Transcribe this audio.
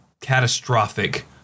catastrophic